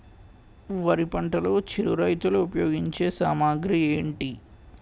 వరి పంటలో చిరు రైతులు ఉపయోగించే సామాగ్రి ఏంటి?